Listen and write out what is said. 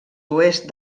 oest